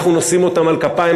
אנחנו נושאים אותם על כפיים,